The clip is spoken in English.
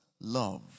love